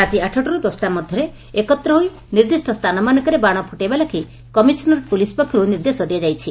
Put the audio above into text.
ରାତି ଆଠଟାରୁ ଦଶଟା ମଧ୍ଘରେ ଏକତ୍ର ହୋଇ ନିର୍ଦ୍ଦିଷ୍ ସ୍ରାନମାନଙ୍କରେ ବାଣ ଫୁଟାଇବା ପାଇଁ କମିଶନରେଟ୍ ପୁଲିସ୍ ପକ୍ଷରୁ ନିର୍ଦ୍ଦେଶ ଦିଆଯାଇଛି